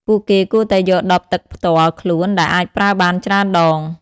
ពួកគេគួរតែយកដបទឹកផ្ទាល់ខ្លួនដែលអាចប្រើបានច្រើនដង។